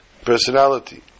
personality